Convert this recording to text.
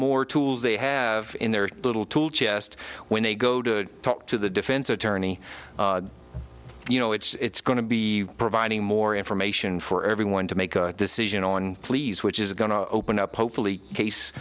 more tools they have in their little tool chest when they go to talk to the defense attorney you know it's going to be providing more information for everyone to make a decision on please which is going to open up hopefully case